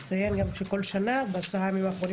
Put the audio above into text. אציין שבכל שנה בעשרת הימים האחרונים